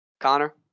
Connor